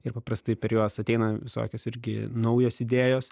ir paprastai per juos ateina visokios irgi naujos idėjos